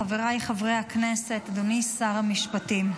חבריי חברי הכנסת, אדוני שר המשפטים,